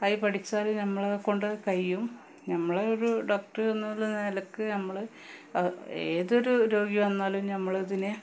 ആയി പഠിച്ചാല് നമ്മളെക്കൊണ്ട് കഴിയും നമ്മള് ഒരു ഡോക്ടറെന്നുള്ള നിലയ്ക്ക് നമ്മള് ഏതൊരു രോഗി വന്നാലും നമ്മളതിനെ